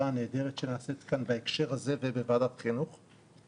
הנהדרת שנעשית כאן ובוועדת החינוך בהקשר הזה.